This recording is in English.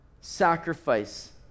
sacrifice